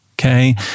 okay